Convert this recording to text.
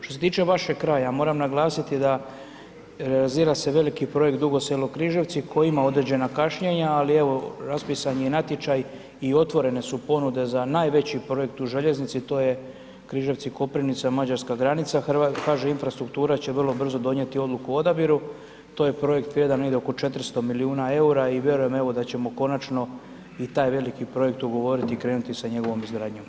Što se tiče vašeg kraja, ja moram naglasiti da realizira se veliki projekt Dugo Selo – Križevci, koji ima određena kašnjenja ali evo raspisan je i natječaj i otvorene su ponude za najveći projekt u željeznici, to je Križevci – Koprivnica, mađarska granica, HŽ infrastruktura će vrlo brzo donijeti odluku o odabiru, to je projekt vrijedan negdje oko 400 milijuna eura i vjerujem evo da ćemo konačno i taj veliki projekt ugovoriti i krenuti sa njegovom izgradnjom.